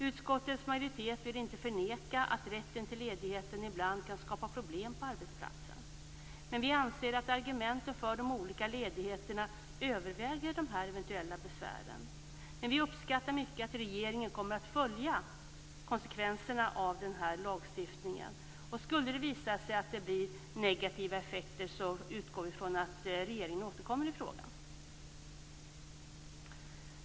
Utskottets majoritet vill inte förneka att rätten till ledigheten ibland kan skapa problem på arbetsplatsen, men vi anser att argumenten för de olika ledigheterna överväger de eventuella besvären. Vi uppskattar mycket att regeringen nu kommer att följa konsekvenserna av lagstiftningen. Skulle det visa sig att det blir negativa effekter utgår vi ifrån att regeringen återkommer i frågan.